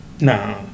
No